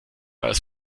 als